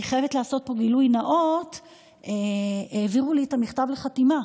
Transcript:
אני חייבת לעשות פה גילוי נאות: העבירו לי את המכתב לחתימה.